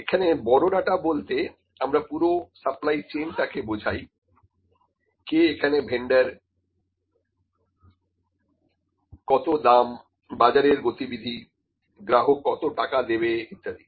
এখানে বড় ডাটা বলতে আমরা পুরো সাপ্লাই চেইন টাকে বোঝাই কে এখানে ভেন্ডার কত দাম বাজারের গতিবিধি গ্রাহক কত টাকা দেবে ইত্যাদি